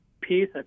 piece